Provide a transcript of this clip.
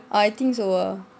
ah I think so ah